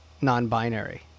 non-binary